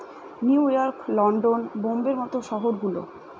new York, London, বোম্বের মত শহর গুলো